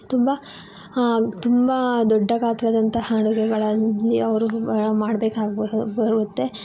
ತುಂಬ ತುಂಬ ದೊಡ್ಡ ಗಾತ್ರದಂತಹ ಅಡುಗೆಗಳಲ್ಲಿ ಅವರು ಮಾಡ್ಬೇಕಾಗ್ಬರು ಬರುತ್ತೆ